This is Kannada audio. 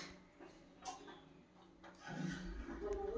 ಇನ್ಟರ್ನೆಟ್ ಬ್ಯಾಂಕಿಂಗ್ ನಿಂದಾ ಹಲವಾರು ನೇರ ಬ್ಯಾಂಕ್ಗಳನ್ನ ರಚಿಸ್ಲಿಕ್ಕೆ ಕಾರಣಾತು